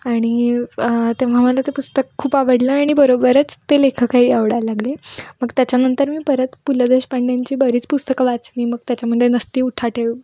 आणि तेव्हा मला ते पुस्तक खूप आवडलं आणि बरोबरच ते लेखकही आवडायला लागले मग त्याच्यानंतर मी परत पु ल देशपांडेंची बरीच पुस्तकं वाचली मग त्याच्यामध्ये नसती उठाठेव